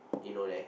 did you know that